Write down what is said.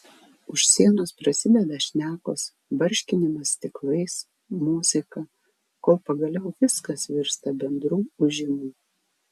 už sienos prasideda šnekos barškinimas stiklais muzika kol pagaliau viskas virsta bendru ūžimu